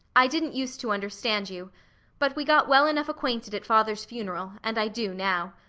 i didn't use to understand you but we got well enough acquainted at father's funeral, and i do, now.